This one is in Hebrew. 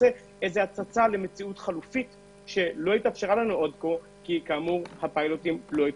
הצצה למציאות חלופית שלא התאפשרה כי הפיילוט לא התרחש.